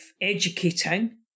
educating